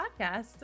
podcast